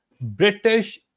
British